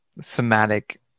somatic